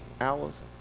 hours